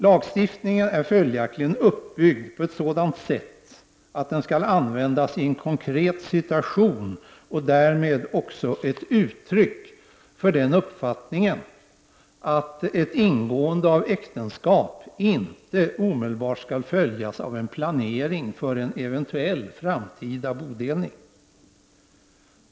Lagstiftningen är följaktligen uppbyggd på ett sådant sätt att den skall användas i en konkret situation och är därmed också ett uttryck för den uppfattningen att ett ingående av äktenskap inte omedelbart skall följas av en planering för en eventuell framtida bodelning.